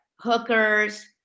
hookers